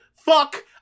fuck